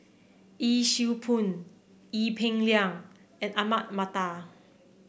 Yee Siew Pun Ee Peng Liang and Ahmad Mattar